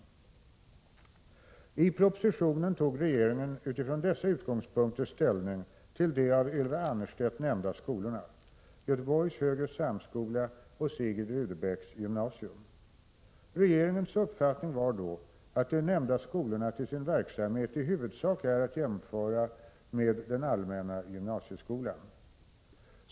I propositionen tog regeringen utifrån dessa utgångspunkter ställning till frågan om de av Ylva Annerstedt nämnda skolorna, Göteborgs högre samskola och Sigrid Rudebecks gymnasium. Regeringens uppfattning var då att de nämnda skolorna till sin verksamhet i huvudsak är jämförbara med den allmänna gymnasieskolan.